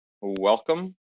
Welcome